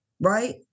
Right